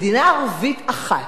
מדינה ערבית אחת,